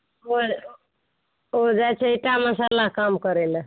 ओ जाइत छै ईंटा मसाला काम करै लेल